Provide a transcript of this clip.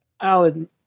Alan